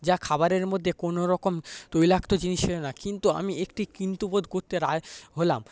যা খাবারের মধ্যে কোনোরকম তৈলাক্ত জিনিস ছিল না কিন্তু আমি একটি কিন্তু বোধ করতে হলাম